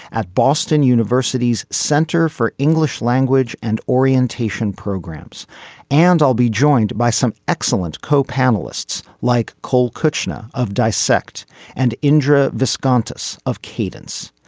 at boston university's center for english language and orientation programs and i'll be joined by some excellent co panelists like cole kushner of dissect and indra. this contests of cadence.